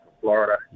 Florida